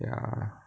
ya